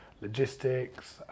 logistics